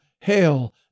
hail